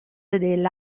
del